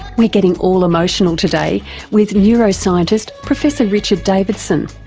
we're getting all emotional today with neuroscientist professor richard davidson.